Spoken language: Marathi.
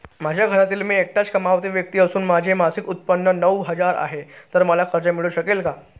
माझ्या घरातील मी एकटाच कमावती व्यक्ती असून माझे मासिक उत्त्पन्न नऊ हजार आहे, तर मला कर्ज मिळू शकते का?